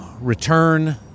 return